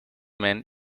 man